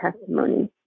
testimony